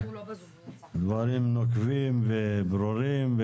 דברים נוקבים וברורים.